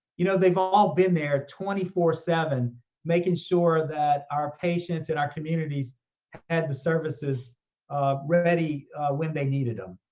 you know they've all been there twenty four seven making sure that our patients and our communities had the services ready when they needed them.